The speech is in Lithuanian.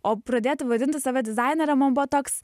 o pradėti vadinti save dizainere man buvo toks